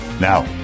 Now